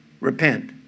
repent